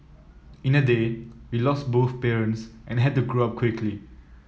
in a day we lost both parents and had to grow up quickly